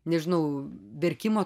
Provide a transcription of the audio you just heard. nežinau verkimo